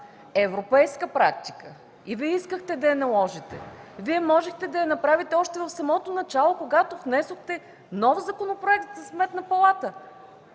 европейска практика и Вие искахте да я наложите, можехте да го направите в самото начало, когато внесохте нов законопроект за Сметната палата.